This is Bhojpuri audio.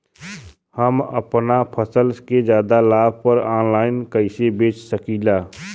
हम अपना फसल के ज्यादा लाभ पर ऑनलाइन कइसे बेच सकीला?